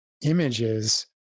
images